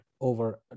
over